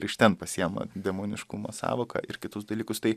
ir iš ten pasiema demoniškumo sąvoką ir kitus dalykus tai